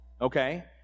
okay